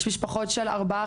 יש משפחות של ארבעה,